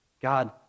God